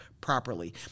properly